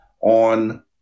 on